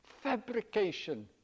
fabrication